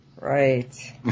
Right